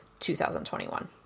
2021